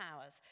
powers